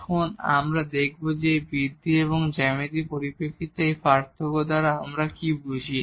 এখন আমরা এখানে দেখব এই বৃদ্ধি এবং জ্যামিতির পরিপ্রেক্ষিতে এই পার্থক্য দ্বারা আমরা কি বুঝি